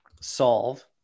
solve